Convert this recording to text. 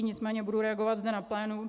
Nicméně budu reagovat zde na plénu.